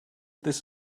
this